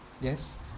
Yes